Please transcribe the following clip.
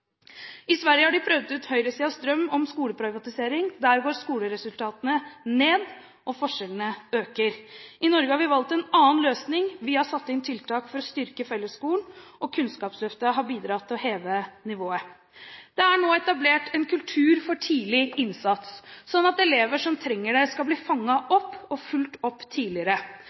I Sverige har de prøvd ut høyresidens drøm om skoleprivatisering. Der går skoleresultatene ned og forskjellene øker. I Norge har vi valgt en annen løsning. Vi har satt inn tiltak for å styrke fellesskolen, og Kunnskapsløftet har bidratt til å heve nivået. Det er nå etablert en kultur for tidlig innsats, sånn at elever som trenger det, skal bli fanget opp og fulgt opp tidligere.